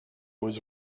was